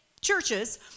churches